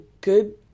good